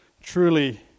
truly